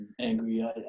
angry